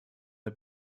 der